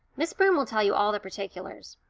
miss broom will tell you all the particulars,